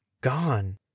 gone